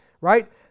right